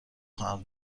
خواهم